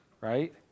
right